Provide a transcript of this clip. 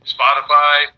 Spotify